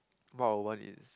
what I want is